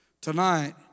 tonight